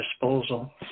disposal